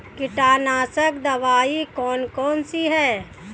कीटनाशक दवाई कौन कौन सी हैं?